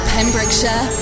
Pembrokeshire